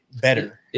better